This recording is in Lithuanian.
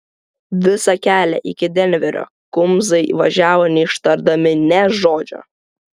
visą kelią iki denverio kumbsai važiavo neištardami nė žodžio